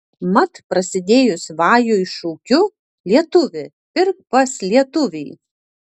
mat prasidėjus vajui šūkiu lietuvi pirk pas lietuvį